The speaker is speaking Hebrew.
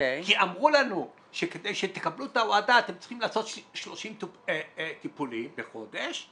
כי אמרו לנו שכדי שתקבלו את ההועדה אתם צריכים לעשות 30 טיפולים בחודש.